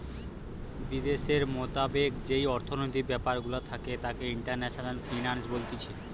বিদ্যাশের মোতাবেক যেই অর্থনৈতিক ব্যাপার গুলা থাকে তাকে ইন্টারন্যাশনাল ফিন্যান্স বলতিছে